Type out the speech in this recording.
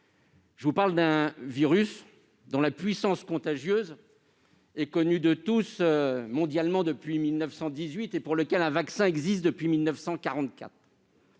mois, mais d'un virus dont la puissance contagieuse est connue mondialement depuis 1918 et pour lequel un vaccin existe depuis 1944.